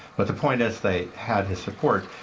but the point is they had his support.